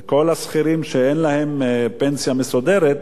וכל השכירים שאין להם פנסיה מסודרת,